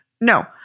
No